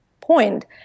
point